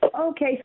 Okay